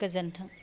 गोजोनथों